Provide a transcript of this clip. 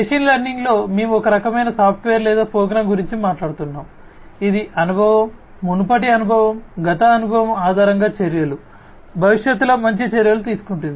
machine లెర్నింగ్లో మేము ఒక రకమైన సాఫ్ట్వేర్ లేదా ప్రోగ్రామ్ గురించి మాట్లాడుతున్నాము ఇది అనుభవం మునుపటి అనుభవం గత అనుభవం ఆధారంగా చర్యలు భవిష్యత్తులో మంచి చర్యలు తీసుకుంటుంది